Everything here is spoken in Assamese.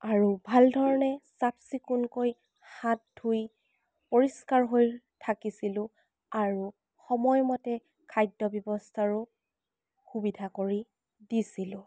আৰু ভালধৰণে চাফ চিকুণকৈ হাত ধুই পৰিষ্কাৰ হৈ থাকিছিলোঁ আৰু সময়মতে খাদ্য ব্যৱস্থাৰো সুবিধা কৰি দিছিলোঁ